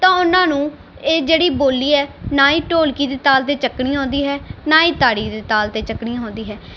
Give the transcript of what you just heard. ਤਾਂ ਉਹਨਾਂ ਨੂੰ ਇਹ ਜਿਹੜੀ ਬੋਲੀ ਹੈ ਨਾ ਹੀ ਢੋਲਕੀ ਦੀ ਤਾਲ 'ਤੇ ਚੱਕਣੀ ਆਉਂਦੀ ਹੈ ਨਾ ਹੀ ਤਾੜੀ ਦੀ ਤਾਲ 'ਤੇ ਚੱਕਣੀ ਆਂਉਂਦੀ ਹੈ